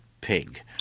pig